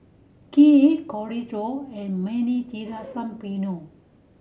Kheer Chorizo and